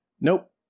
nope